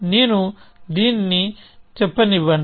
నేను దీన్ని చెప్పనివ్వండి